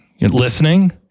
listening